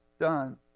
done